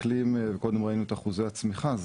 קודם ראינו את אחוזי הצמיחה,